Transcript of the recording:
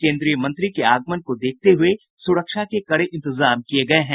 केंद्रीय मंत्री के आगमन को देखते हुये सुरक्षा के कड़े इंतजाम किये गये हैं